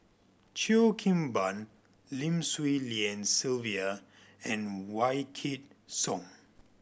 Cheo Kim Ban Lim Swee Lian Sylvia and Wykidd Song